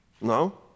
No